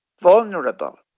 Vulnerable